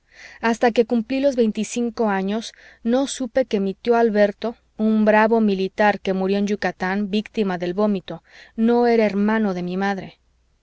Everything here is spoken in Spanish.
hasta que cumplí los veinticinco años no supe que mi tío alberto un bravo militar que murió en yucatán víctima del vómito no era hermano de mi madre